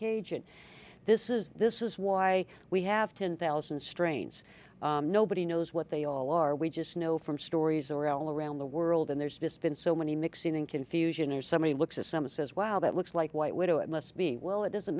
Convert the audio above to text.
and this is this is why we have ten thousand strains nobody knows what they all are we just know from stories or all around the world and there's just been so many mixing and confusion if somebody looks at some says wow that looks like white widow it must be well it doesn't